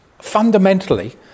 fundamentally